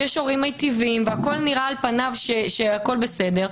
כשיש הורים מיטיבים והכול נראה על פניו שהכול בסדר,